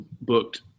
booked